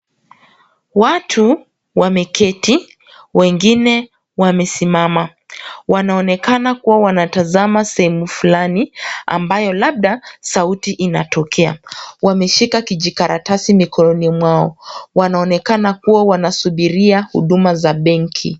Watu wameketi, wengine wamesimama. Wanaonekana kuwa wanatazama sehemu fulani ambayo labda sauti inatokea. Wameshika kijikaratasi mikononi mwao. Wanaonekana kuwa wanasubiria huduma za benki.